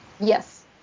Yes